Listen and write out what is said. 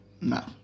No